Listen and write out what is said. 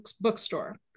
bookstore